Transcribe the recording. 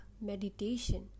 meditation